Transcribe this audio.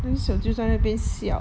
then 小舅在那边笑